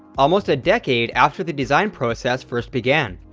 almost a decade after the design process first began.